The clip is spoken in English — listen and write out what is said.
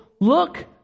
look